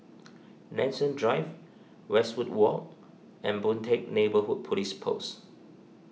Nanson Drive Westwood Walk and Boon Teck Neighbourhood Police Post